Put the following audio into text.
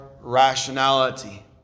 rationality